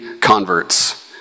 converts